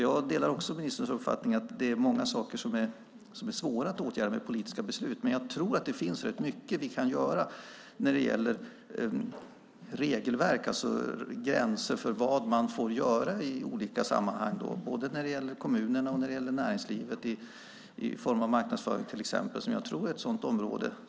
Jag delar ministerns uppfattning att många saker är svåra att åtgärda med politiska beslut. Men jag tror att det finns mycket som vi kan göra när det gäller regelverk och gränser för vad man får göra i olika sammanhang, när det gäller både kommunerna och näringslivet. Marknadsföring till exempel tror jag är ett sådant område.